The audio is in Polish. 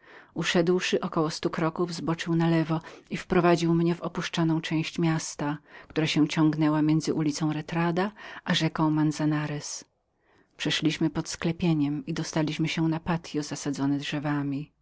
latarnią uszedłszy około stu kroków zboczył na lewo i wprowadził mnie w opuszczoną część miasta która się ciągnęła między ulicą retardo a rzeką manzanares przeszliśmy pod sklepieniem i dostaliśmy się na patys zasadzony drzewami